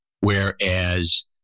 Whereas